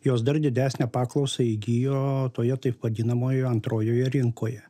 jos dar didesnę paklausą įgijo toje taip vadinamoje antrojoje rinkoje